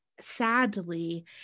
sadly